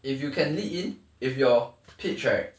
if you can lead in if you are pitched right